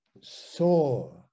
saw